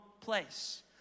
place